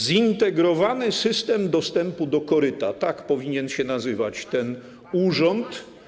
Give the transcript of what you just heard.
Zintegrowany system dostępu do koryta - tak powinien się nazywać ten urząd.